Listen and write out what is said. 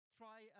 try